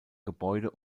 gebäude